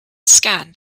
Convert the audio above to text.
scanned